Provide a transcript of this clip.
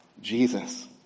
Jesus